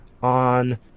on